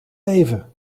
even